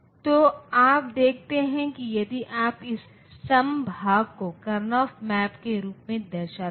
तो आप देखते हैं कि यदि आप इस सम भाग को करएनफ मैप के रूप में दर्शाते हैं